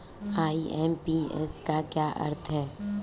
IMPS का क्या अर्थ है?